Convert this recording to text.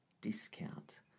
discount